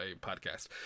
podcast